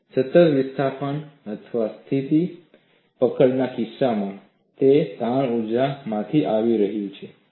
સતત વિસ્થાપન અથવા સ્થિર પકડના કિસ્સામાં તે તાણ ઊર્જામાંથી આવી રહ્યું હતું